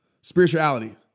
Spirituality